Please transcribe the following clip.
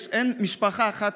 אין כאן